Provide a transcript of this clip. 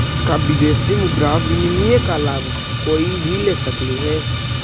का विदेशी मुद्रा विनिमय का लाभ कोई भी ले सकलई हे?